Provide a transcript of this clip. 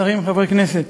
שרים, חברי הכנסת,